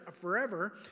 forever